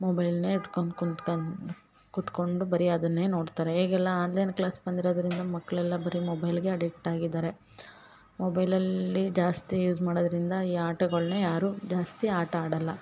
ಮೊಬೈಲ್ನೆ ಇಟ್ಕೊಂಡು ಕುಂತ್ಕನ್ ಕುತ್ಕೊಂಡು ಬರಿ ಅದನ್ನೆ ನೋಡ್ತಾರೆ ಈಗೆಲ್ಲ ಆನ್ಲೈನ್ ಕ್ಲಾಸ್ ಬಂದಿರದರಿಂದ ಮಕ್ಕಳೆಲ್ಲ ಬರಿ ಮೊಬೈಲ್ಗೆ ಅಡಿಕ್ಟ್ ಆಗಿದ್ದಾರೆ ಮೊಬೈಲಲ್ಲೇ ಜಾಸ್ತಿ ಯೂಸ್ ಮಾಡದರಿಂದ ಈ ಆಟಗಳ್ನೆ ಯಾರು ಜಾಸ್ತಿ ಆಟ ಆಡಲ್ಲ